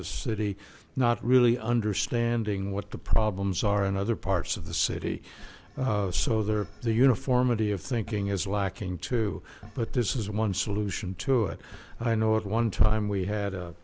the city not really understanding what the problems are in other parts of the city so there the uniformity of thinking is lacking too but this is one solution to it i know at one time we had